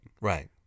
Right